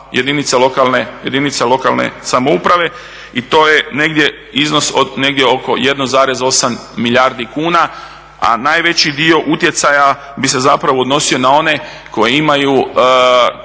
jedinice lokalne samouprave i to je negdje iznos oko 1,8 milijardi kuna, a najveći dio utjecaja bi se odnosio na one koji imaju